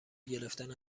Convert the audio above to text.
گرفتن